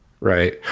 Right